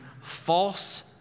false